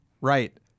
Right